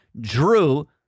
Drew